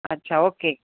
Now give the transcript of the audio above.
अच्छा ओके